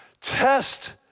test